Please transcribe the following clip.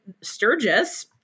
Sturgis